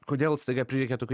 kodėl staiga prireikė tokių